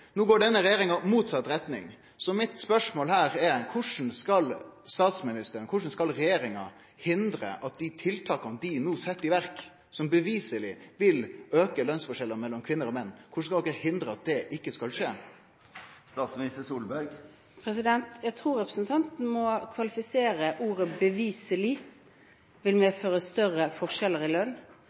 No går denne regjeringa i motsett retning, så mitt spørsmål er: Korleis skal statsministeren og regjeringa hindre at dei tiltaka dei no set i verk, som beviseleg vil auke lønnsforskjellane mellom kvinner og menn – korleis skal dei hindre at det skjer? Jeg tror representanten må kvalifisere at det «beviselig» vil medføre større forskjeller i lønn.